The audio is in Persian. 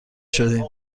شدیم